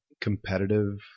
competitive